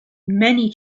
many